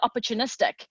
opportunistic